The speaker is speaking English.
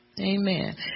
Amen